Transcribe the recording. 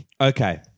Okay